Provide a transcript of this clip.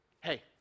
Hey